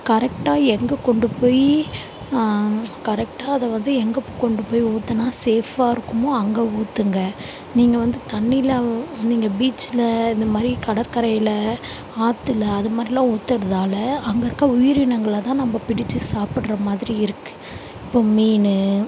கரெக்டாக எங்கே கொண்டு போய் கரெக்டாக அதை வந்து எங்கே கொண்டு போய் ஊற்றுனா சேஃபாக இருக்குமோ அங்கே ஊத்துங்கள் நீங்கள் வந்து தண்ணியில வந் நீங்கள் பீச்ல இந்தமாதிரி கடற்கரையில் ஆத்தில் அதுமாதிரிலாம் ஊத்துறதால் அங்கே இருக்க உயிரினங்களைதான் நம்ம பிடித்து சாப்பிட்ற மாதிரி இருக்குது இப்போது மீன்